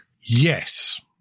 Yes